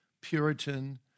Puritan